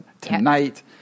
tonight